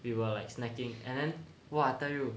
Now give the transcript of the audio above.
we were like snacking and then !wah! I tell you